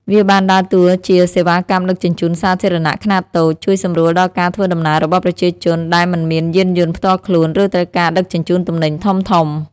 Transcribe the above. វាបានដើរតួជាសេវាកម្មដឹកជញ្ជូនសាធារណៈខ្នាតតូច ជួយសម្រួលដល់ការធ្វើដំណើររបស់ប្រជាជនដែលមិនមានយានយន្តផ្ទាល់ខ្លួន ឬត្រូវការដឹកជញ្ជូនទំនិញធំៗ។